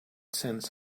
saint